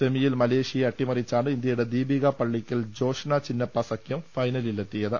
സെമിയിൽ മലേഷ്യയെ അട്ടിമറിച്ചാണ് ഇന്ത്യയുടെ ദീപിക പള്ളിക്കൽ ജോഷ്ന ചിന്നപ്പ സഖ്യം ഫൈന ലിലെത്തിയത്